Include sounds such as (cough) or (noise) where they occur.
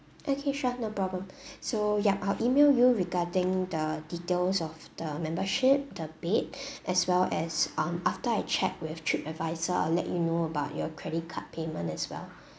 okay sure no problem (breath) so yup I'll email you regarding the details of the membership the bed (breath) as well as um after I check with trip advisor I'll let you know about your credit card payment as well